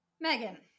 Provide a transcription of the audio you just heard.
Megan